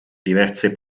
diverse